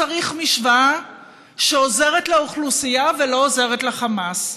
צריך משוואה שעוזרת לאוכלוסייה ולא עוזרת לחמאס.